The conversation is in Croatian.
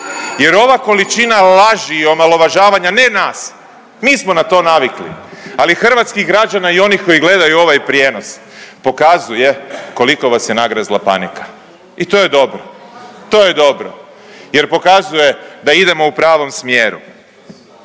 Jer ova količina laži i omalovažavanja ne nas, mi smo na to navikli, ali hrvatskih građana i onih koji gledaju ovaj prijenos pokazuje koliko vas je nagrizla panika i to je dobro, to je dobro jer pokazuje da idemo u pravom smjeru.